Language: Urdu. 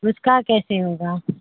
اس کا کیسے ہوگا